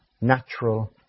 natural